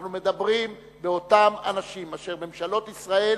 אנחנו מדברים באותם אנשים אשר ממשלות ישראל